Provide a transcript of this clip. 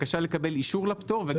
זה ירוץ.